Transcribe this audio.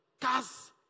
cars